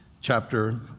chapter